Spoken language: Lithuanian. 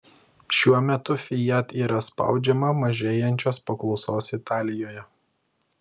šiuo metu fiat yra spaudžiama mažėjančios paklausos italijoje